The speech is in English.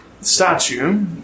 statue